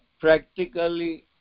practically